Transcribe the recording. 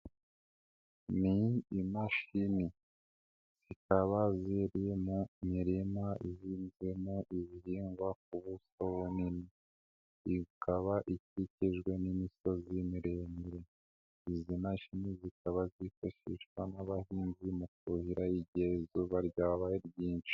Ni imashini, zikaba ziri mu mirima ihinzwemo ibihingwa ku buso bunini, ikaba ikikijwe n'imisozi miremire, izi mashini zikaba zifashishwa n'abahinzi mu kuhira igihe izuba ryabaye ryinshi.